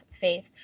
faith